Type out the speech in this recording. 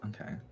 okay